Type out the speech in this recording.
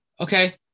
okay